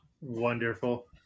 Wonderful